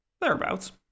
Thereabouts